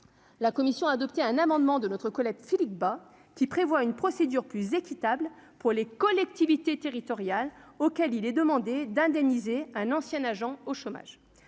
la commission a adopté un amendement de notre collègue Philippe Bas, qui prévoit une procédure plus équitable pour les collectivités territoriales auxquelles il est demandé d'indemniser un ancien agent au chômage,